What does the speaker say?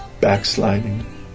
backsliding